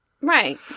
Right